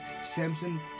Samson